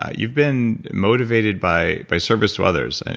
ah you've been motivated by by service to others.